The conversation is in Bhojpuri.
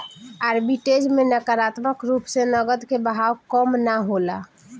आर्बिट्रेज में नकारात्मक रूप से नकद के बहाव कम ना होला